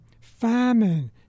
famine